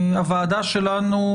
הוועדה שלנו,